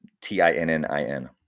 T-I-N-N-I-N